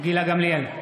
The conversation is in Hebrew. גילה גמליאל,